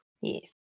Yes